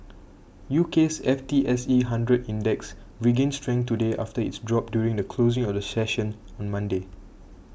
U K's F T S E Hundred Index regained strength today after its drop during the closing of the session on Monday